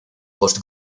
post